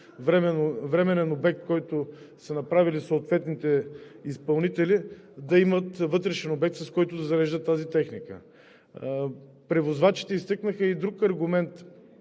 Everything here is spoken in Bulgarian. временен обект, който са направили съответните изпълнители – да имат вътрешен обект, с който да зареждат тази техника. Превозвачите изтъкнаха и друг аргумент,